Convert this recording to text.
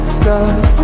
stop